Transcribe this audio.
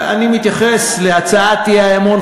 אני מתייחס להצעת האי-אמון,